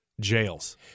jails